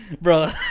bro